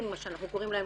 שאנחנו קוראים להם,